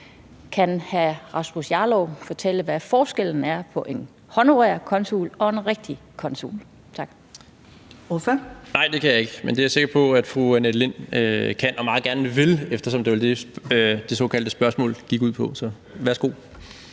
Kan hr. Rasmus Jarlov fortælle, hvad forskellen er på en honorær konsul og en rigtig konsul?